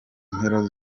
mpera